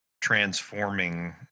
transforming